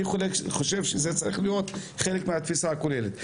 אני חושב שזה צריך להיות חלק מהתפיסה הכוללת.